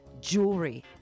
jewelry